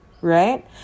Right